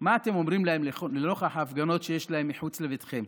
להם לנוכח ההפגנות שיש להם מחוץ לביתכם?